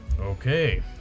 Okay